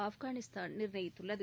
ஆஃப்கானிஸ்தான் நிர்ணயித்துள்ளது